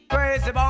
Crazy